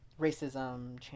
Racism